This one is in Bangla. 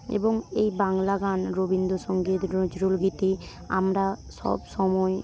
এবং এই বাংলা গান রবীন্দ্রসঙ্গীত নজরুল গীতি আমরা সবসময়ে